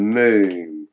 name